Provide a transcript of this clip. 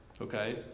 Okay